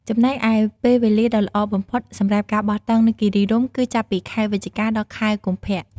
ចំណែកឯ ពេលវេលាដ៏ល្អបំផុតសម្រាប់ការបោះតង់នៅគិរីរម្យគឺចាប់ពីខែវិច្ឆិកា ដល់ ខែកុម្ភៈ។